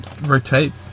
Rotate